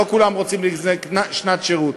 לא כולם רוצים שנת שירות.